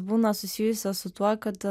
būna susijusios su tuo kad